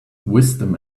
wisdom